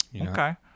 Okay